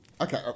Okay